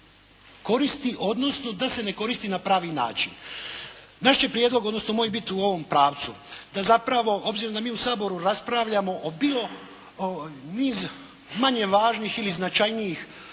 da se ne koristi na pravi način. Naš će prijedlog odnosno moj biti u ovom pravcu, da zapravo obzirom da mi u Saboru raspravljamo o bilo niz manje važnih ili značajnijih